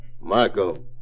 Marco